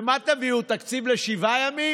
ומה תביאו, תקציב לשבעה ימים?